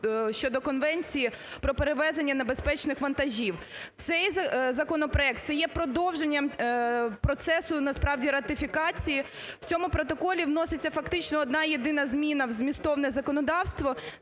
щодо Конвенції про перевезення небезпечних вантажів. Цей законопроект – це є продовженням процесу, насправді, ратифікації. В цьому Протоколі вноситься фактично одна-єдина зміна в змістовне законодавство